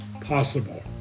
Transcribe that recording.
possible